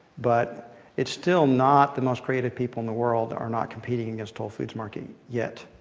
but it's still not, the most creative people in the world are not competing against whole foods market yet.